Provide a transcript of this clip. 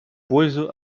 пользу